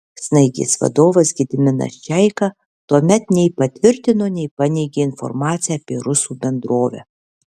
snaigės vadovas gediminas čeika tuomet nei patvirtino nei paneigė informaciją apie rusų bendrovę